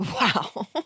Wow